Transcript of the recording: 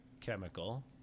chemical